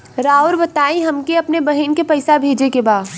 राउर बताई हमके अपने बहिन के पैसा भेजे के बा?